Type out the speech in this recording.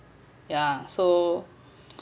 yeah so